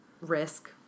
risk